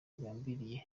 agambiriye